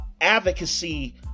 advocacy